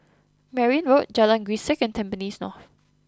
Merryn Road Jalan Grisek and Tampines North